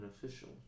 beneficial